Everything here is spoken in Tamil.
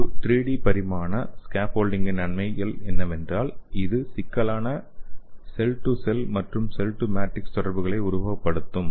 ஒரு 3D பரிமாண ஸ்கேஃபோல்டிங்கின் நன்மைகள் என்னவென்றால் இது சிக்கலான செல் செல் மற்றும் செல் மேட்ரிக்ஸ் தொடர்புகளை உருவப்படுத்தும்